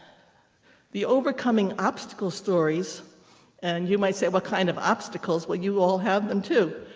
the overcoming obstacles stories and you might say what kind of obstacles? well, you all have them, too.